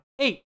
Eight